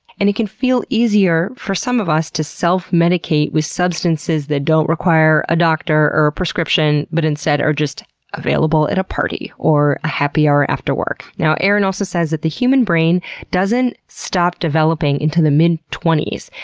and it can feel easier for some of us to self-medicate with substances that don't require a doctor or prescription but instead are just available at a party or a happy hour after work. now, erin also says that the human brain doesn't stop developing until the mid twenty s,